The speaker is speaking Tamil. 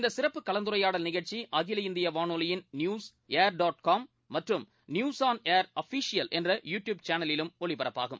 இந்த சிறப்பு கலந்துரையாடல் நிகழ்ச்சி அகில இந்திய வானொலியின் நியூஸ் ஏர் டாட் காம் மற்றும் நியூஸ் ஆள் ஏர் அஃபிஷியல் என்ற யூ ட்யூப் சேனலிலும் ஒலிபரப்பாகும்